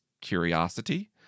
curiosity